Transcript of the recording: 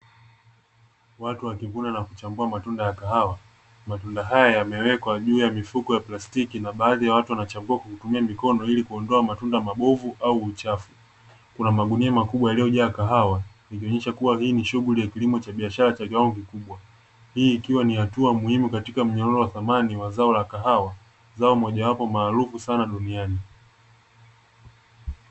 Watu wakivuna na kuchambua matunda ya kahawa. Matunda haya yamewekwa juu ya mifuko ya plastiki na baadhi ya watu wanachambua kwa kutumia mikono ili kuondoa matunda mabovu au uchafu; kuna magunia makubwa yaliyojaa kahawa, ikionyesha kuwa hii ni shughuli ya kilimo cha biashara cha kiwango kikubwa, hii ikiwa ni hatua muhimu katika mnyororo wa thamani wa zao la kahawa, zao mojawapo maarufu sana duniani.